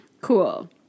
Cool